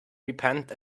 repent